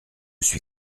suis